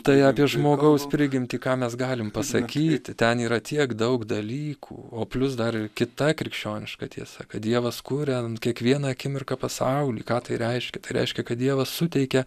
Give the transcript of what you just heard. tai apie žmogaus prigimtį ką mes galim pasakyti ten yra tiek daug dalykų o plius dar ir kita krikščioniška tiesa kad dievas kuria kiekvieną akimirką pasaulį ką tai reiškia tai reiškia kad dievas suteikia